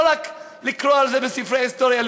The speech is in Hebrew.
לא רק לקרוא על זה בספרי ההיסטוריה,